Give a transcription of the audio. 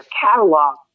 catalog